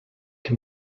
can